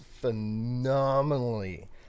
phenomenally